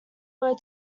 were